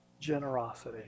generosity